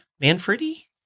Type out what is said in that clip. Manfredi